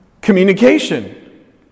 Communication